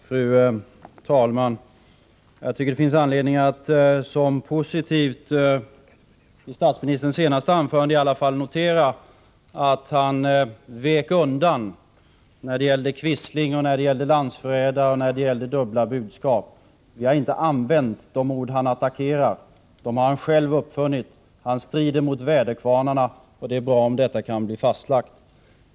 Fru talman! Jag tycker det finns anledning att som positivt i statsministerns senaste anförande i alla fall notera att han vek undan när det gällde quisling och när det gällde landsförrädare och när det gällde dubbla budskap. Vi har inte använt de ord han har attackerat. Dem har han själv uppfunnit. Han strider mot väderkvarnar, och det är bra om detta kan bli fastlagt.